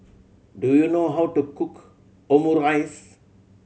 do you know how to cook Omurice